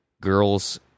girls